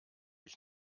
ich